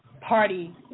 party